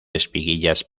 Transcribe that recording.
espiguillas